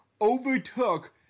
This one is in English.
overtook